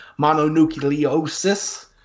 mononucleosis